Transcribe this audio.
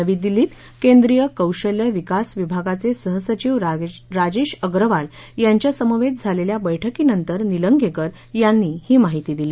नवी दिल्लीत केंद्रीय कौशल्य विकास विभागाचे सहसचिव राजेश अग्रवाल यांच्यासमवेत झालेल्या बैठकीनंतर निलंगेकर यांनी ही माहिती दिली